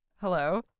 Hello